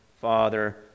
Father